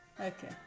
Okay